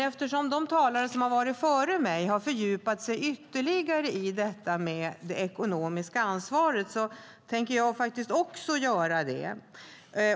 Eftersom de talare som har varit före mig har fördjupat sig ytterligare i det ekonomiska ansvaret tänker också jag göra det.